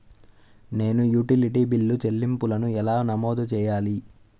నేను utility bill చెల్లింపులను ఎలా నమోదు చేయాలి?